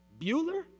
Bueller